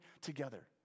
together